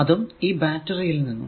അതും ഈ ബാറ്ററി യിൽ നിന്നും